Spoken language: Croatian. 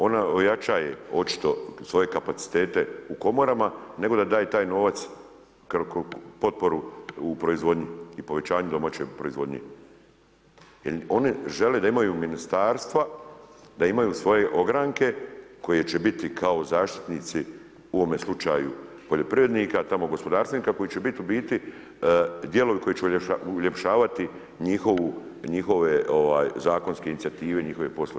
Ona ojačaje očito svoje kapacitete u komorama, nego da daje taj novac potporu u proizvodnji i povećanju domaće proizvodnje jel oni žele da imaju ministarstva, da imaju svoje ogranke koji će biti kao zaštitnici u ovome slučaju poljoprivrednika, tamo gospodarstvenika koji će biti u biti dijelovi koji će uljepšavati njihove zakonske inicijative i njihove poslove.